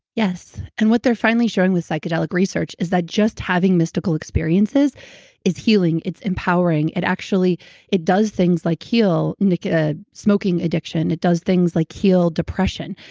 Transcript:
yes. and what they're finally showing with psychedelic research is that just having mystical experiences is healing, it's empowering, it actually does things like heal like ah smoking addiction. it does things like heal depression.